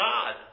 God